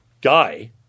guy